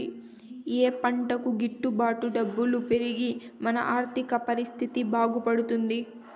ఏ పంటకు గిట్టు బాటు డబ్బులు పెరిగి మన ఆర్థిక పరిస్థితి బాగుపడుతుంది?